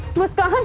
let's go.